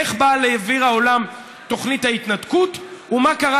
איך באה לאוויר העולם תוכנית ההתנתקות ומה קרה